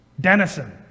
Denison